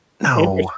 No